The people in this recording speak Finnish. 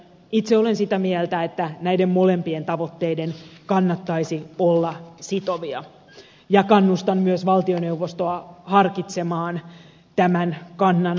itse olen sitä mieltä että näiden molempien tavoitteiden kannattaisi olla sitovia ja kannustan myös valtioneuvostoa harkitsemaan tämän kannan omaksumista